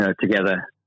together